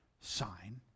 sign